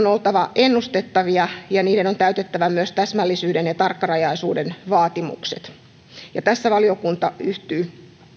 oltava ennustettavaa ja ja on täytettävä myös täsmällisyyden ja tarkkarajaisuuden vaatimukset tässä valiokunta yhtyy